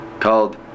called